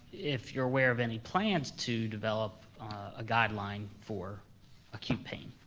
if you're aware of any plans to develop a guideline for acute pain.